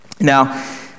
Now